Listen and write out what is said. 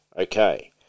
okay